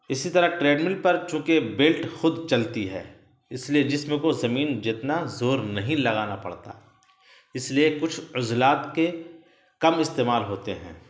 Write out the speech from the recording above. اسی طرح treadmill پر چونکہ بیلٹ خود چلتی ہے اس لیے جسم کو زمین جتنا زور نہیں لگانا پڑتا اس لیے کچھ غضلات کے کم استعمال ہوتے ہیں